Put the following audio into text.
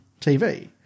TV